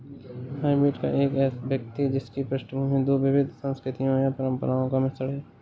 hybrid एक व्यक्ति जिसकी पृष्ठभूमि दो विविध संस्कृतियों या परंपराओं का मिश्रण है